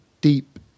deep